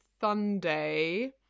Sunday